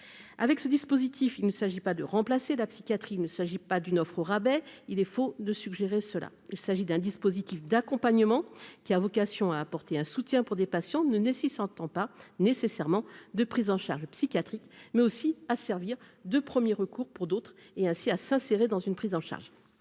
avec ce dispositif, il ne s'agit pas de remplacer la psychiatrie : il ne s'agit pas d'une offre au rabais, il est faux de suggérer cela, il s'agit d'un dispositif d'accompagnement qui a vocation à apporter un soutien pour des patients ne ne il s'entend pas nécessairement de prise en charge psychiatrique mais aussi à servir de 1er recours pour d'autres, et ainsi à s'insérer dans une prise en charge,